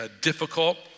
difficult